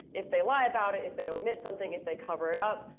if they lie about it, if they omit something, if they cover it up.